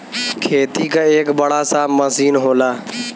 खेती क एक बड़ा सा मसीन होला